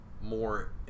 more